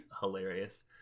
hilarious